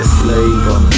flavor